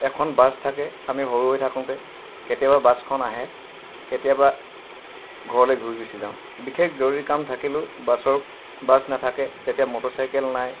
এখন বাছ থাকে আমি সৰু হৈ থাকোঁতে কেতিয়াবা বাছখন আহে কেতিয়াবা ঘৰলৈ ঘূৰি গুচি যাওঁ বিশেষ জৰুৰী কাম থাকিলেও বাছৰ বাছ নাথাকে তেতিয়া মটৰ চাইকেল নাই